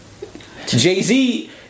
Jay-Z